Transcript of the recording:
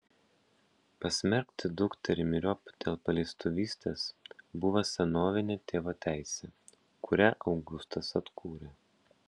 pasmerkti dukterį myriop dėl paleistuvystės buvo senovinė tėvo teisė kurią augustas atkūrė